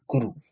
guru